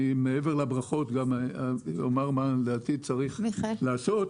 מעבר לברכות גם אומר מה לדעתי צריך לעשות,